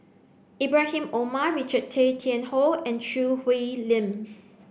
Ibrahim Omar Richard Tay Tian Hoe and Choo Hwee Lim